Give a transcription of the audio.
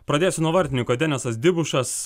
pradėsiu nuo vartininko denisas dibušas